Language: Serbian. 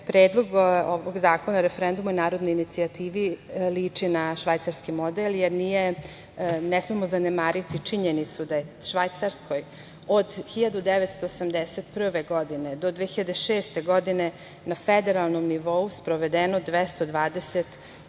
Predlog ovog zakona o referendumu i narodnoj inicijativi liči na švajcarski model. Ne smemo zanemariti činjenicu da je u Švajcarskoj od 1981. godine do 2006. godine na federalnom nivou sprovedeno 223